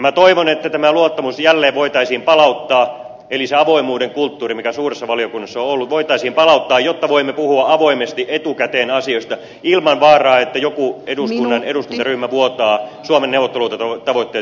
minä toivon että tämä luottamus jälleen voitaisiin palauttaa eli se avoimuuden kulttuuri mikä suuressa valiokunnassa on ollut voitaisiin palauttaa jotta voimme puhua avoimesti etukäteen asioista ilman vaaraa että joku eduskuntaryhmä vuotaa suomen neuvottelutavoitteita julkisuuteen